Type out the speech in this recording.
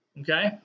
Okay